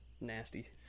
nasty